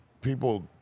people